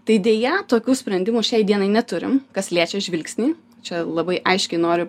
tai deja tokių sprendimų šiai dienai neturim kas liečia žvilgsnį čia labai aiškiai noriu